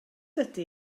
ydy